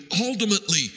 ultimately